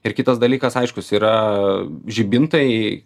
ir kitas dalykas aiškus yra žibintai